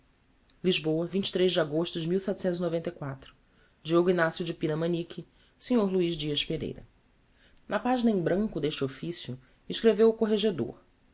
lisboa de agosto de diogo ign eo de pina manique snr luiz dias pereira na pagina em branco d'este officio escreveu o corregedor